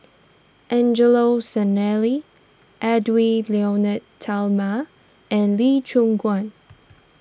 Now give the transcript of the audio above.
Angelo Sanelli Edwy Lyonet Talma and Lee Choon Guan